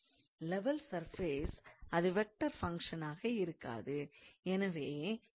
level surface அது vector ஃபங்க்ஷனாக இருக்காது